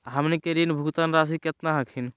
हमनी के ऋण भुगतान रासी केतना हखिन?